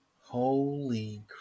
holy